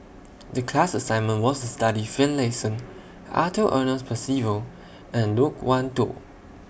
The class assignment was to study Finlayson Arthur Ernest Percival and Loke Wan Tho